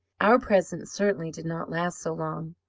our presents certainly did not last so long!